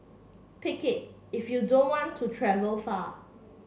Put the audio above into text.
pick it if you don't want to travel far